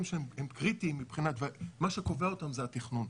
שהם קריטיים ומה שקובע אותם זה התכנון.